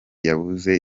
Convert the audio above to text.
yabuze